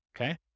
Okay